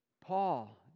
Paul